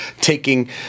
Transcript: taking